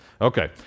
okay